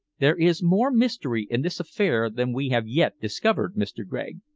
there is more mystery in this affair than we have yet discovered, mr. gregg.